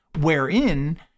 Wherein